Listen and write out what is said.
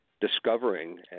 discovering